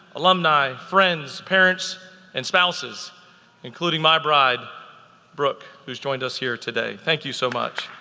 alumni, friends, parents and spouses including my bride brooke who's joined us here today, thank you so much.